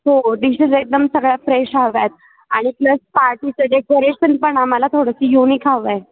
हो डिशेस एकदम सगळ्या फ्रेश हव्या आहेत आणि प्लस पार्टीचं डेकोरेशन पण आम्हाला थोडंसं युनिक हवं आहे